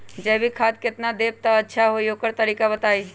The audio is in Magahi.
जैविक खाद केतना देब त अच्छा होइ ओकर तरीका बताई?